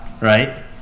right